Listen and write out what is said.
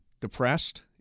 depressed